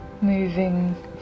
moving